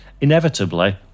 inevitably